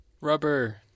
Rubber